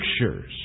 pictures